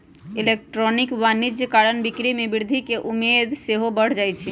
electronic वाणिज्य कारण बिक्री में वृद्धि केँ उम्मेद सेहो बढ़ जाइ छइ